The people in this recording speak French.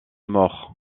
mort